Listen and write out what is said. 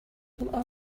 will